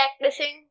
practicing